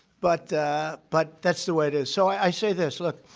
but but, that's the way it is. so, i say this look,